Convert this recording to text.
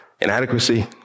inadequacy